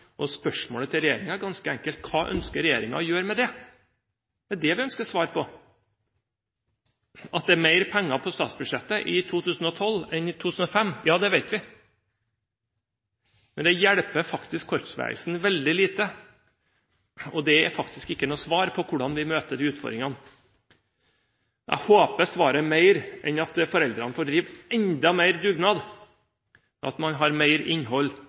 og spørsmålet til regjeringen er ganske enkelt: Hva ønsker regjeringen å gjøre med det? Det er det vi ønsker svar på. At det er mer penger i statsbudsjettet i 2012 enn i 2005, det vet vi. Men det hjelper faktisk korpsbevegelsen veldig lite, og det er faktisk ikke noe svar på hvordan vi møter de utfordringene. Jeg håper svaret er noe mer enn at foreldrene får drive enda mer dugnad – at man har mer innhold